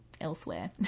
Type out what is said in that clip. elsewhere